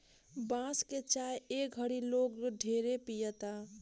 बांस के चाय ए घड़ी लोग ढेरे पियता